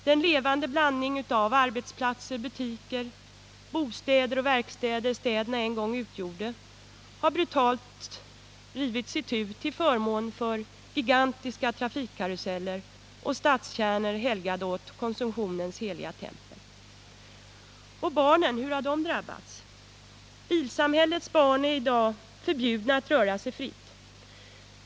Den levande blandning av arbetsplatser, butiker, bostäder och verkstäder som städerna en gång utgjorde har brutalt rivits itu till förmån för gigantiska trafikkaruseller och statskärnor helgade åt konsumtionens heliga tempel. Och barnen — hur har de drabbats? Bilsamhällets barn är i dag förbjudna att röra sig fritt.